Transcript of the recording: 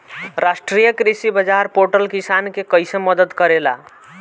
राष्ट्रीय कृषि बाजार पोर्टल किसान के कइसे मदद करेला?